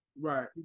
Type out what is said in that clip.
Right